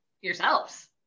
yourselves